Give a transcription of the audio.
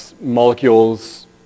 molecules